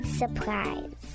surprise